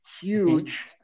huge